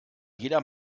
jeder